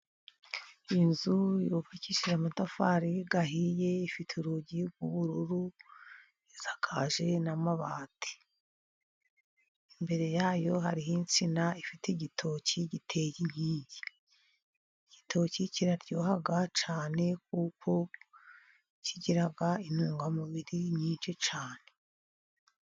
Inzu yuvukishije amatafari ahiye ifite urugi rw'ubururu isakaje n'amabati, imbere yayo hari insina ifite igitoki giteye inkingi, igitoki kiraryoha cyane kuko kigira intungamubiri nyinshi cyane.